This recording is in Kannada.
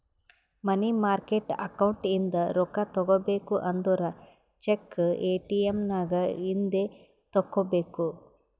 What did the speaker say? ಮನಿ ಮಾರ್ಕೆಟ್ ಅಕೌಂಟ್ ಇಂದ ರೊಕ್ಕಾ ತಗೋಬೇಕು ಅಂದುರ್ ಚೆಕ್, ಎ.ಟಿ.ಎಮ್ ನಾಗ್ ಇಂದೆ ತೆಕ್ಕೋಬೇಕ್